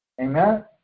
amen